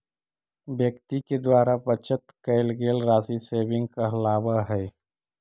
व्यक्ति के द्वारा बचत कैल गेल राशि सेविंग कहलावऽ हई